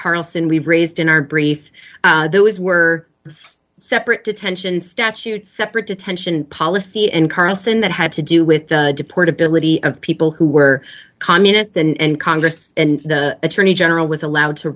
carlson we've raised in our brief those were separate detention statutes separate detention policy and carlson that had to do with the deport ability of people who were communists and congress and the attorney general was allowed to